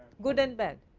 good and bad,